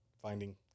finding